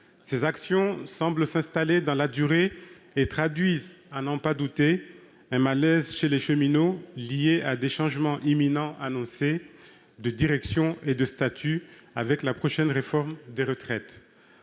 Ces actions semblent s'installer dans la durée et traduisent, à n'en point douter, un malaise chez les cheminots, qui est lié à des changements imminents et annoncés de direction et de statut, auxquels s'ajoute la prochaine réforme des retraites.